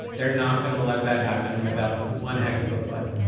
they're not going to let that happen without one heck of a fight